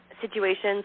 situations